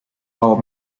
all